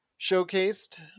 showcased